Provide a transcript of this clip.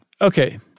okay